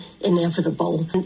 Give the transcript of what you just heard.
inevitable